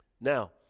Now